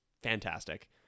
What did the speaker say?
fantastic